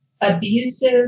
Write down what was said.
abusive